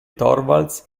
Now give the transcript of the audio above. torvalds